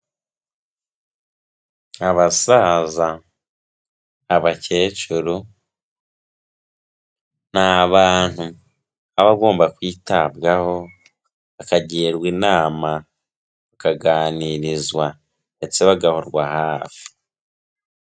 Abasaza, abakecuru, ni abantu baba bagomba kwitabwaho, bakagirwa inama, bakaganirizwa ndetse bagahorwa hafi.